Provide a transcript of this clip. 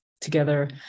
together